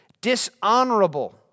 Dishonorable